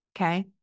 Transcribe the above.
Okay